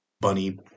bunny